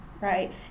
right